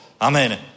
Amen